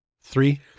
three